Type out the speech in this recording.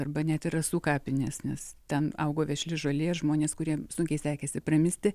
arba net ir rasų kapinės nes ten augo vešli žolė žmonės kuriem sunkiai sekėsi pramisti